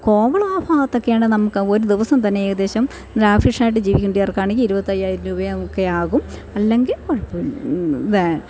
കോവളം ആ ഭാഗത്തൊക്കെ ആണ് നമുക്ക് ഒരു ദിവസം തന്നെ ഏകദേശം ലാഫിഷ് ആയിട്ട് ജീവിക്കണ്ടവർക്ക് ആണെങ്കിൽ ഇരുപത്തയ്യായിരം രൂപയൊക്കെ ആകും അല്ലെങ്കിൽ കുഴപ്പം